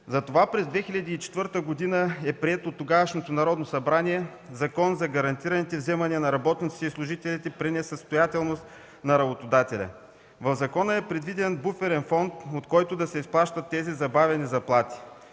Затова през 2004 г. от тогавашното Народно събрание е приет Закон за гарантираните вземания на работниците и служителите при несъстоятелност на работодателя. В закона е предвиден буферен фонд, от който да се изплащат тези забавени заплати